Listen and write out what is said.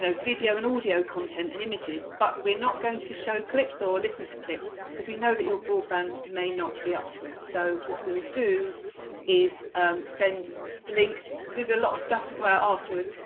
video and audio content and images but we're not going to show clips or listen to clips, because we know that your broadband may not be up to it, so what we'll do is send links there's a lot of stuff to come out afterwards!